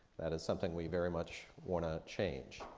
that is something we very much wanna change.